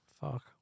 Fuck